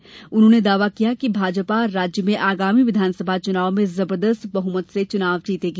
श्री शाह ने दावा किया कि भाजपा राज्य में आगामी विधानसभा चुनाव में जबरदस्त बहुमत से चुनाव जीतेगी